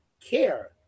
care